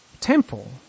temple